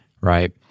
right